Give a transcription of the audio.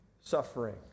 suffering